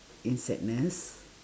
in sadness